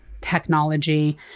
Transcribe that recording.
technology